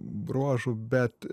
bruožų bet